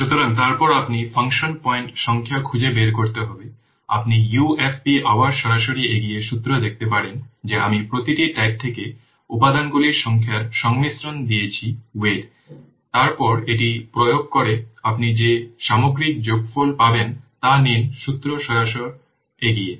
সুতরাং তারপর আপনি ফাংশন পয়েন্ট সংখ্যা খুঁজে বের করতে হবে আপনি UFP আবার সরাসরি এগিয়ে সূত্র দেখতে পারেন যে আমি প্রতিটি টাইপ থেকে উপাদানগুলির সংখ্যার সংমিশ্রণ দিয়েছি ওয়েট তারপর এটি প্রয়োগ করে আপনি যে সামগ্রিক যোগফল পাবেন তা নিন সূত্র সরাসরি এগিয়ে